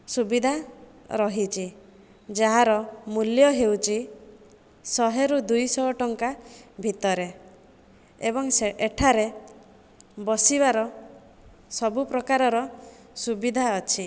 ସୁବିଧା ରହିଛି ଯାହାର ମୂଲ୍ୟ ହେଉଛି ଶହେରୁ ଦୁଇଶହ ଟଙ୍କା ଭିତରେ ଏବଂ ସେ ଏଠାରେ ବସିବାର ସବୁ ପ୍ରକାରର ସୁବିଧା ଅଛି